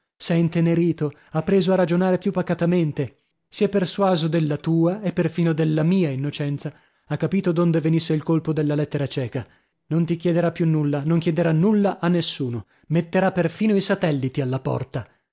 s'è intenerito ha preso a ragionare più pacatamente si è persuaso della tua e perfino della mia innocenza ha capito donde venisse il colpo della lettera cieca non ti chiederà più nulla non chiederà nulla a nessuno metterà perfino i satelliti alla porta